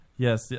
Yes